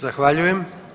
Zahvaljujem.